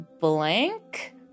Blank